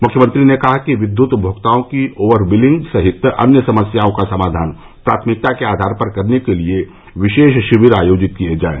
मुख्यमंत्री ने कहा कि विद्युत उपभोक्ताओं की ओवर बिलिंग सहित अन्य समस्याओं का समाधान प्राथमिकता के आधार पर करने के लिए विशेष शिविर आयोजित किये जायें